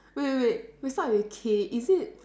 wait wait wait it start with K is it